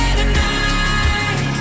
tonight